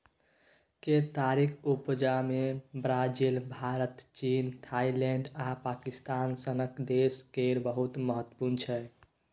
केतारीक उपजा मे ब्राजील, भारत, चीन, थाइलैंड आ पाकिस्तान सनक देश केर बहुत महत्व छै